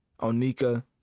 onika